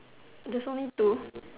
there's only two